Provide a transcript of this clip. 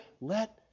let